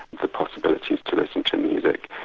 the possibility to listen to music,